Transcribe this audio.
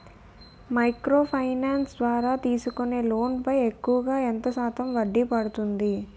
Micro finance ద్వారా తీసుకునే loan పై ఎక్కువుగా ఎంత శాతం వడ్డీ పడుతుంది?